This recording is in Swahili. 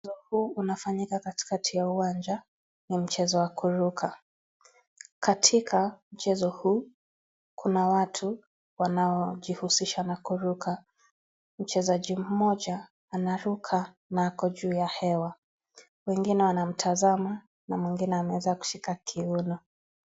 Mchezo unafanyika katikati ya kiwanja ni mchezo wa kuruka. Katika mchezo huu, kuna watu wanaojihusisha na kuruka. Mchezaji mmoja anaruka na ako juu ya hewa . Wengine wanamtazama na mwingine ameweza kushika kiuno.